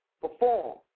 perform